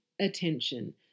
attention